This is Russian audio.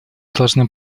должны